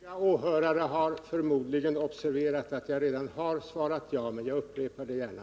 Herr talman! Övriga åhörare har förmodligen observerat att jag redan har svarat ja, men jag upprepar det gärna.